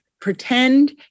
Pretend